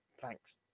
Thanks